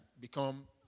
become